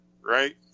Right